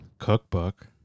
cookbook